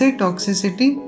toxicity